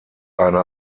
eine